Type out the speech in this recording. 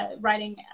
writing